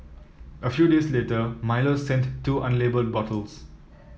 a few days later Milo sent two unlabelled bottles